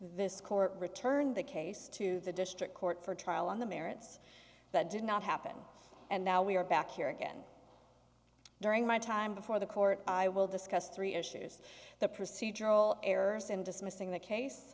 this court returned the case to the district court for trial on the merits that did not happen and now we are back here again during my time before the court i will discuss three issues the procedural errors in dismissing the case